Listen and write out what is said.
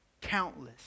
countless